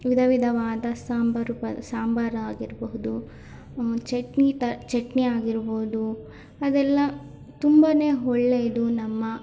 ವಿಧ ವಿಧವಾದ ಸಾಂಬಾರು ಪ ಸಾಂಬಾರು ಆಗಿರಬಹುದು ಚಟ್ನಿ ತ ಚಟ್ನಿ ಆಗಿರ್ಬೋದು ಅದೆಲ್ಲ ತುಂಬಾ ಒಳ್ಳೆಯದು ನಮ್ಮ